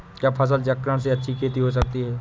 क्या फसल चक्रण से अच्छी खेती हो सकती है?